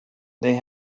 they